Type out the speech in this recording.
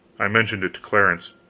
i mentioned it to clarence.